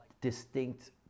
distinct